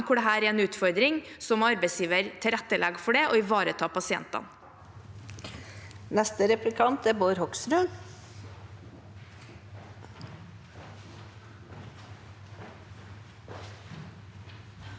hvor dette er en utfordring, må arbeidsgiver tilrettelegge for det og ivareta pasientene.